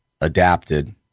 adapted